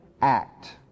act